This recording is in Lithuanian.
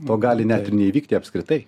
o gali net ir neįvykti apskritai